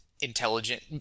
intelligent –